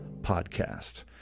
podcast